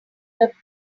were